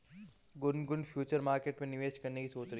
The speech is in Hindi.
गुनगुन फ्युचर मार्केट में निवेश करने की सोच रही है